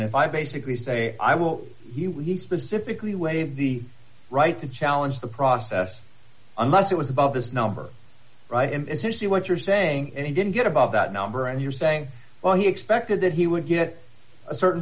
if i basically say i won't you he specifically went into the right to challenge the process unless it was about this number right and essentially what you're saying and he didn't get involve that number and you're saying well he expected that he would get a certain